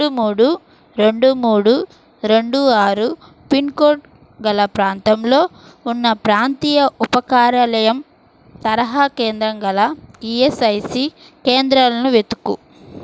మూడు మూడు రెండు మూడు రెండు ఆరు పిన్ కోడ్ గల ప్రాంతంలో ఉన్న ప్రాంతీయ ఉప కార్యాలయం తరహా కేంద్రం గల ఈయస్ఐసి కేంద్రాలను వెతుకుము